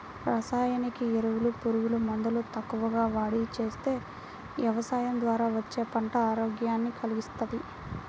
రసాయనిక ఎరువులు, పురుగు మందులు తక్కువగా వాడి చేసే యవసాయం ద్వారా వచ్చే పంట ఆరోగ్యాన్ని కల్గిస్తది